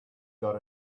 got